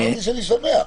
מיקי,